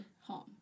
home